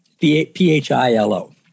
P-H-I-L-O